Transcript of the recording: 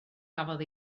gafodd